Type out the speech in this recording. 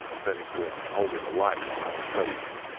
turning to him, and holding the light to my own face,